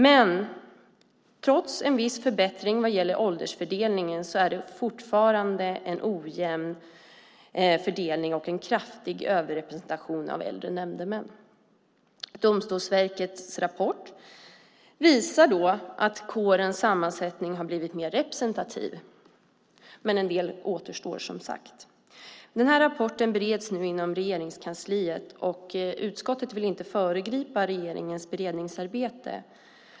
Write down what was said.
Men trots en viss förbättring vad gäller åldersfördelningen är det fortfarande en ojämn fördelning och en kraftig överrepresentation av äldre nämndemän. Domstolsverkets rapport visar att kårens sammansättning har blivit mer representativ, men en del återstår, som sagt. Rapporten bereds nu inom Regeringskansliet, och utskottet vill inte föregripa regeringens beredningsarbete.